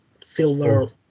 silver